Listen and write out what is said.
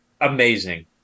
amazing